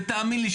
ותאמין לי,